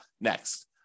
next